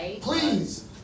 please